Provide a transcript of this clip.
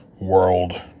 world